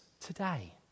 today